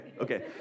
Okay